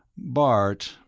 bart,